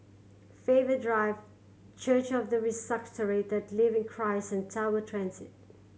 Faber Drive Church of the Resurrected Living Christ and Tower Transit